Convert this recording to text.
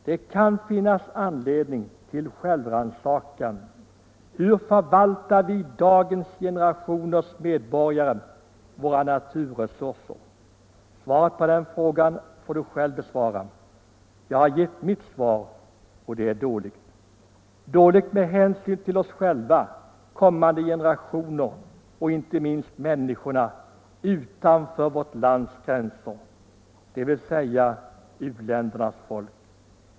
Det kan finnas anledning till självrannsakan. Hur förvaltar vi, dagens medborgare, våra naturresurser? Svaret på den frågan får du själv ge. Jag har gett mitt svar, och det är dåligt — dåligt med hänsyn till oss själva, kommande generationer och inte minst människorna utanför vårt lands gränser, dvs. u-ländernas folk.